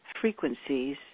frequencies